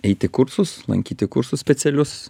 eit į kursus lankyti kursus specialius